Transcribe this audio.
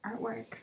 Artwork